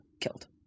killed